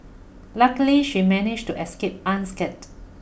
luckily she managed to escape unscathed